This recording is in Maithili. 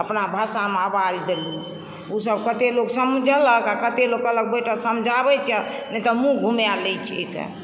अपना भाषा मऽ आवाज देलू उ सब कते लोक समझलक कते लोक कहलक बैठऽ समझाबै छियह नै तऽ मुँह घुमाए लै छै तऽ